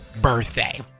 birthday